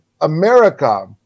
America